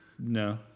No